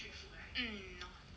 hmm